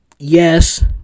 Yes